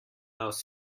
most